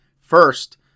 First